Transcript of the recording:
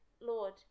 Lord